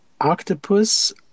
octopus